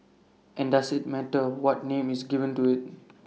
and does IT matter what name is given to IT